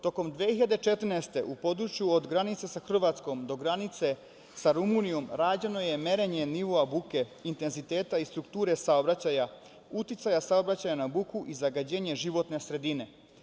Tokom 2014. godine u području od granice sa Hrvatskom do granice sa Rumunijom rađeno je merenje nivoa buke intenziteta i strukture saobraćaja, uticaja saobraćaja na buku i zagađenje životne sredine.